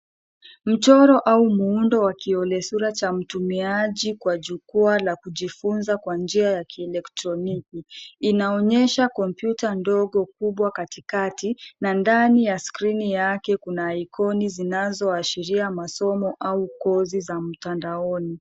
Mchoro au muundo wa kiolesura cha mtumiaji kwa jukwaa la kujifuza kwa njia ya kielektroniki. Inaonyesha kompyuta ndogo kubwa katikati na ndani ya skrini yake kuna ikoni zinazoashiria masomo au kozi za mtandaoni.